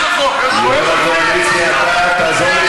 יש שם סיטואציה שלא מאפשרת,